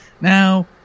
Now